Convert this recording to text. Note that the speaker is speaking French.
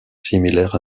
similaires